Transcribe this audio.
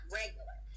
regular